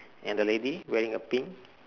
and the lady wearing a pink